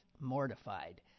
mortified